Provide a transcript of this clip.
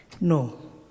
No